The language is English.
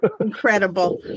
incredible